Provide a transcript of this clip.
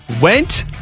went